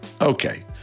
Okay